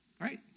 Right